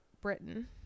Britain